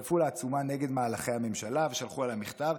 הצטרפו לעצומה נגד מהלכי הממשלה ושלחו אליה מכתב: